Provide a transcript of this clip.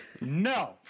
No